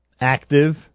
active